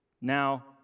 Now